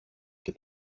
και